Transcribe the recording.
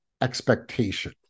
expectation